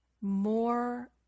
more